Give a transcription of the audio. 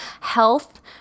health